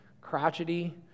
crotchety